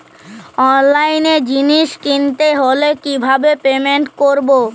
অনলাইনে জিনিস কিনতে হলে কিভাবে পেমেন্ট করবো?